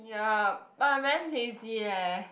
ya but I'm very lazy eh